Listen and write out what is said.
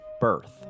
Birth